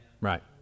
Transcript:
Right